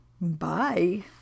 Bye